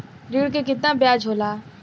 ऋण के कितना ब्याज होला?